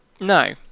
No